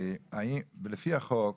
לפי החוק,